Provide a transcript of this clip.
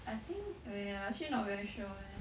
I think oh ya actually not very sure leh